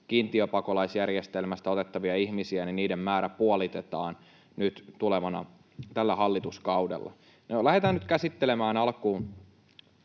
kiintiöpakolaisjärjestelmästä otettavien ihmisten määrä puolitetaan nyt tällä hallituskaudella. No, lähdetään nyt käsittelemään alkuun